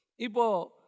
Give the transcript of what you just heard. Ipo